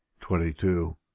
twenty-two